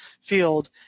field